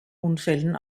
unfällen